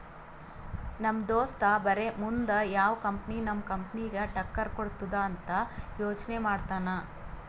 ನಮ್ ದೋಸ್ತ ಬರೇ ಮುಂದ್ ಯಾವ್ ಕಂಪನಿ ನಮ್ ಕಂಪನಿಗ್ ಟಕ್ಕರ್ ಕೊಡ್ತುದ್ ಅಂತ್ ಯೋಚ್ನೆ ಮಾಡ್ತಾನ್